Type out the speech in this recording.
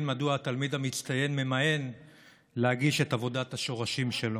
מדוע התלמיד המצטיין ממאן להגיש את עבודת השורשים שלו.